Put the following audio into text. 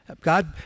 God